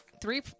three